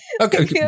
okay